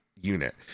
unit